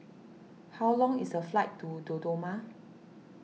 how long is the flight to Dodoma